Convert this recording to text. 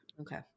Okay